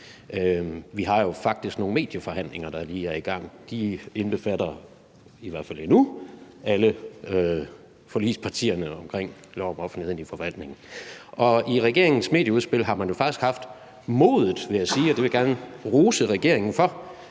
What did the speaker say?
Vi har jo faktisk nogle medieforhandlinger, der er i gang, og de indbefatter – i hvert fald endnu – alle forligspartierne omkring lov om offentlighed i forvaltningen. Og i regeringens medieudspil har man jo faktisk haft modet, vil jeg sige – og det vil jeg gerne rose regeringen for